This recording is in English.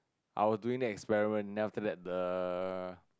I was doing an experiment then after that the